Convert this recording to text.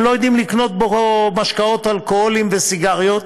הם לא יודעים לקנות בו משקאות אלכוהוליים וסיגריות.